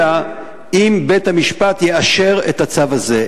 אלא אם כן בית-המשפט יאשר את הצו הזה.